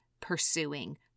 pursuing